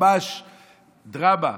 ממש דרמה,